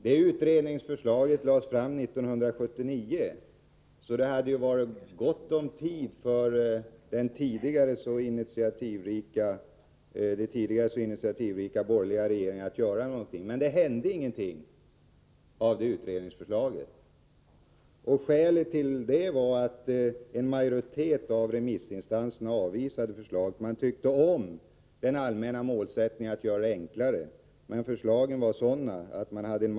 Det utredningsförslaget lades fram 1979, så det hade funnits gott om tid för de tidigare som initiativrika borgerliga regeringarna att göra någonting. Men det hände ingenting! Skälet till att det inte hände någonting med anledning av det utredningsförslaget var att en majoritet av remissinstanserna avvisade det. Man tyckte om den allmänna målsättningen att göra bidragssystemet enklare, men förslagen var sådana att en majoritet avvisade dem.